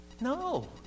No